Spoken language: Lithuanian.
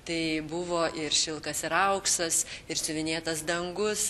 tai buvo ir šilkas ir auksas ir siuvinėtas dangus